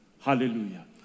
Hallelujah